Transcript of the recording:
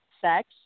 sex